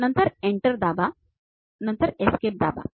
नंतर Enter दाबा नंतर Escape दाबा